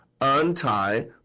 untie